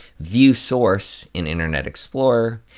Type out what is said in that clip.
view source in internet explorer,